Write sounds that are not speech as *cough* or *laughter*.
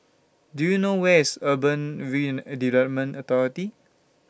Do YOU know Where IS Urban *unintelligible* Development Authority